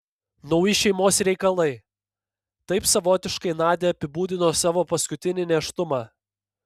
nauji šeimos reikalai taip savotiškai nadia apibūdino savo paskutinį nėštumą